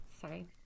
Sorry